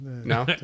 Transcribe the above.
No